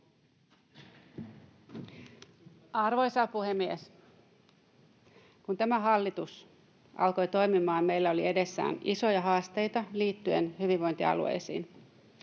Arvoisa puhemies! Kun tämä hallitus alkoi toimimaan, meillä oli edessä isoja haasteita liittyen hyvinvointialueisiin.